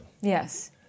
yes